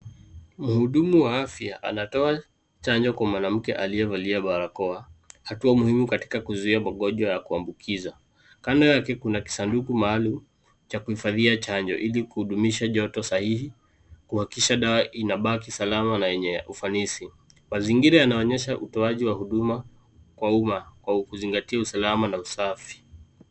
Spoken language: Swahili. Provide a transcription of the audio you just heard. Mhudumu wa afya anatoa chanjo kwa mwanamke aliyevalia barakoa, hatua muhimu katika kuzuia magonjwa ya kuambukiza. Kando yake kuna kisanduku maalum cha kuhifadhia chanjo ili kudumisha joto sahihi, kuhakikisha dawa inabaki salama na yenye ufanisi. Mazingira yanaonyesha utoaji wa huduma kwa umma kwa kuzingatia usalama na usafi.